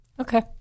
Okay